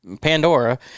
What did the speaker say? Pandora